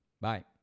Bye